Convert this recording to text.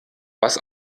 was